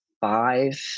five